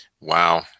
Wow